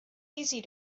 easy